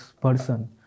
person